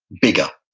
bigger.